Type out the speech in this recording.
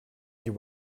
you